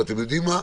ואתם יודעים מה?